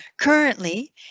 Currently